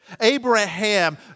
Abraham